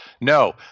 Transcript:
No